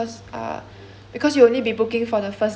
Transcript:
because you only be booking for the first day only right